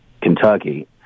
Kentucky